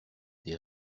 des